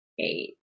eight